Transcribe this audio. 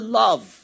love